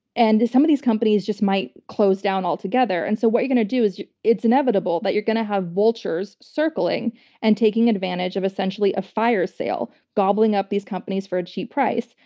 and some of these companies just might close down together. and so what you're going to do is it's inevitable that you're going to have vultures circling and taking advantage of essentially a fire sale, gobbling up these companies for a cheap price.